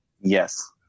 Yes